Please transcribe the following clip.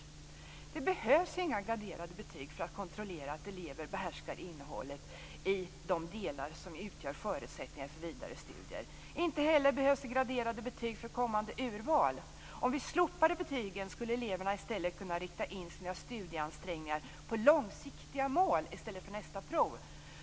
Det behövs inga graderade betyg för att kontrollera att elever behärskar innehållet i de delar som utgör förutsättningar för vidare studier. Inte heller behövs graderade betyg för kommande urval. Om vi slopade betygen skulle eleverna kunna rikta in sina studieansträngningar på långsiktiga mål i stället för på nästa prov.